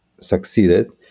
succeeded